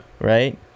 right